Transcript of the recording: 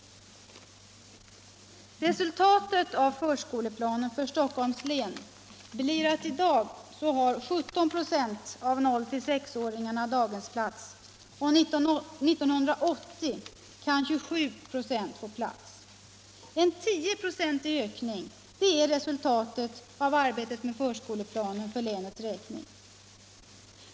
Förskoleplanen innebär i dag för Stockholms län att 17 96 av 0-6 åringarna har daghemsplats och att 1980 27 96 kan få plats. En ökning på 10 96 är resultatet av arbetet med förskoleplanen för länets räkning!